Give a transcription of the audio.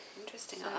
Interesting